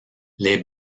les